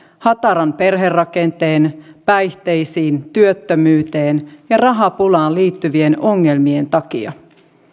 hataraan perherakenteeseen päihteisiin työttömyyteen ja rahapulaan liittyvien ongelmien takia